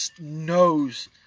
knows